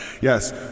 Yes